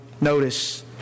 notice